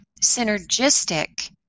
synergistic